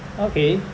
okay